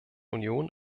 union